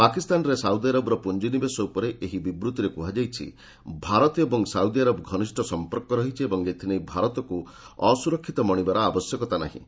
ପାକିସ୍ତାନରେ ସାଉଦି ଆରବର ପୁଞ୍ଜି ନିବେଶ ଉପରେ ଏହି ବିବୂଭିରେ କୁହାଯାଇଛି ଭାରତ ଏବଂ ସାଉଦି ଆରବର ଘନିଷ୍ଠ ସଂପର୍କ ରହିଛି ଏବଂ ଏଥିନେଇ ଭାରତକୁ ଅସୁରକ୍ଷିତ ମଣିବାର ଆବଶ୍ୟକତା ନାହିଁ